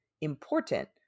important